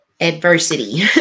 adversity